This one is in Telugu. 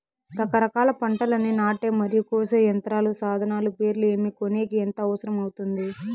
రకరకాల పంటలని నాటే మరియు కోసే యంత్రాలు, సాధనాలు పేర్లు ఏమి, కొనేకి ఎంత అవసరం అవుతుంది?